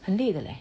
很累的 leh